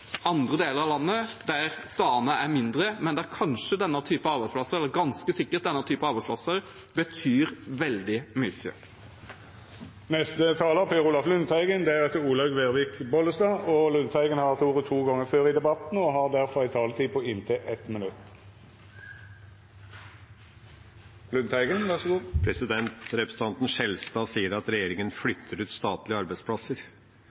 andre deler av landet, der stedene er mindre, men der denne typen arbeidsplasser ganske sikkert betyr veldig mye. Representanten Per Olaf Lundteigen har hatt ordet to gonger tidlegare i debatten og får ordet til ein kort merknad, avgrensa til 1 minutt. Representanten Skjelstad sa at regjeringa